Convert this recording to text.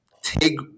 take